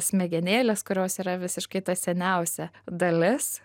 smegenėles kurios yra visiškai ta seniausia dalis